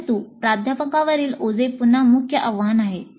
परंतु प्राध्यापकांवरील ओझे पुन्हा मुख्य आव्हान आहे